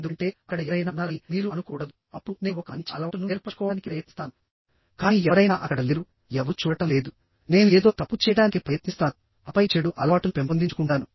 ఎందుకంటే అక్కడ ఎవరైనా ఉన్నారని మీరు అనుకోకూడదుఅప్పుడు నేను ఒక మంచి అలవాటును ఏర్పరచుకోవడానికి ప్రయత్నిస్తానుకానీ ఎవరైనా అక్కడ లేరు ఎవరూ చూడటం లేదు నేను ఏదో తప్పు చేయడానికి ప్రయత్నిస్తానుఆపై చెడు అలవాటును పెంపొందించుకుంటాను